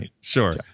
sure